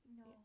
no